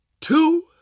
two